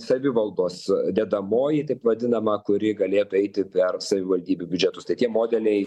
savivaldos dedamoji taip vadinama kuri galėtų eiti per savivaldybių biudžetus tai tie modeliai